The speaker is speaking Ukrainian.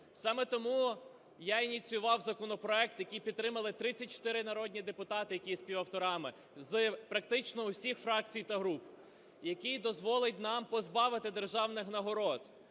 Саме тому я ініціював законопроект, який підтримали 34 народні депутати, які є співавторами, з практично всіх фракцій та груп. Який дозволить нам позбавить державних нагород